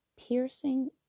piercing